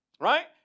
Right